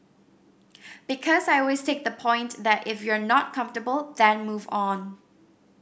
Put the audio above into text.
because I always take the point that if you're not comfortable then move on